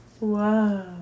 Wow